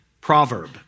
proverb